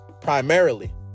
primarily